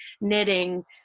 knitting